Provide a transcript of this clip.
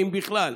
אם בכלל.